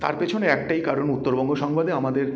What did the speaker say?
তার পেছনে একটাই কারণ উত্তরবঙ্গ সংবাদে আমাদের